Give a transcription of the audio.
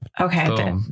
okay